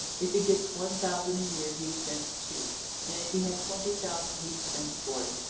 if he gets one thousand a year, he spends two and if he had twenty thousand, he'd spend forty.